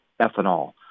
ethanol